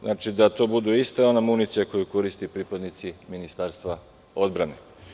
Znači, da to bude ista municija koju koriste pripadnici Ministarstva odbrane.